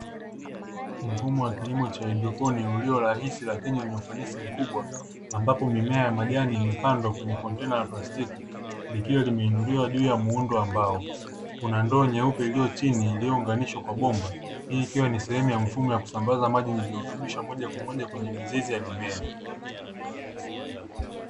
Mfumo wa kilimo cha haidroponi ulio rahisi lakini wenye ufanisi mkubwa, ambapo mimea ya majani imepandwa kwenye kontena la plastiki likiwa limeinuliwa juu ya muundo wa mbao, kuna ndoo nyeupe iliyo chini iliyounganishwa kwa bomba, hii ikiwa ni sehemu ya mfumo ya kusambaza maji yenye virutubisho moja kwa moja kwenye mizizi ya mimea.